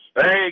Hey